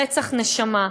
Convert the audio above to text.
רצח נשמה,